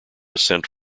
ascent